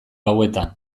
gauetan